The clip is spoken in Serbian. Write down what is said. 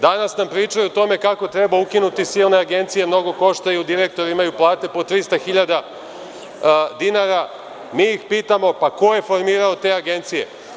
Danas nam pričaju o tome kako treba ukinuti silne agencije, mnogo koštaju, direktori imaju plate po 300.000 dinara, mi ih pitamo – pa ko je formirao te agencije.